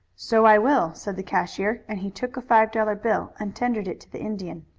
so i will, said the cashier, and he took a five-dollar bill and tendered it to the indian.